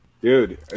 Dude